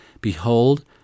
Behold